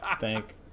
Thank